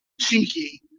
cheeky